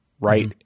right